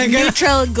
neutral